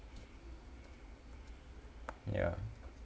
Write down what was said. ya